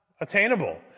attainable